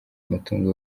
amatungo